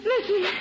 Listen